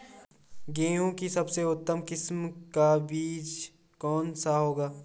गेहूँ की सबसे उत्तम किस्म का बीज कौन सा होगा?